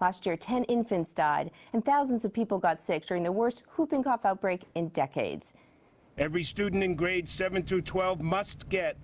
last year ten infants died and thousands of people got sick during the worst whooping cough outbreak in decades every students in greats seven through twelve must get